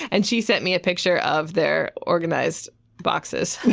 and she sent me a picture of their organized boxes.